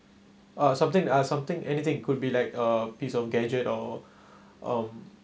uh something uh something anything could be like a piece of gadget or um